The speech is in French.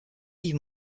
dis